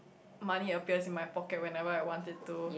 money appears in my pocket whenever I want it to